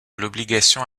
l’obligation